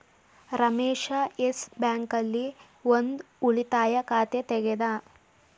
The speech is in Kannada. ರಮೇಶ ಯೆಸ್ ಬ್ಯಾಂಕ್ ಆಲ್ಲಿ ಒಂದ್ ಉಳಿತಾಯ ಖಾತೆ ತೆಗೆದ